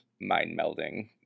mind-melding